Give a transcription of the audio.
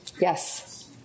Yes